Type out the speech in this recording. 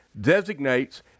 designates